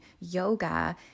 yoga